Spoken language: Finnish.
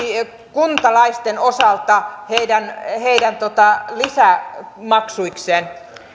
kuntalaisten osalta heidän lisämaksuikseen